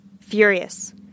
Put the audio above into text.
furious